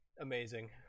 Amazing